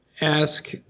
ask